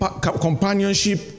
companionship